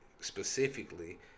specifically